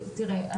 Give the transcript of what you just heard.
תראה,